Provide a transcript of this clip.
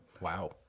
Wow